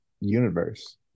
universe